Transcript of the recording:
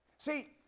See